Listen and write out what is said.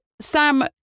Sam